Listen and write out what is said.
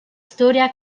storia